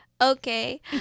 Okay